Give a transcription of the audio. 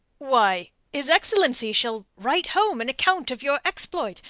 why his excellency shall write home an account of your exploit,